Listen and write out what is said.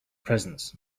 presence